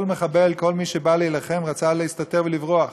כל מחבל, כל מי שבא להילחם, רצה להסתתר ולברוח.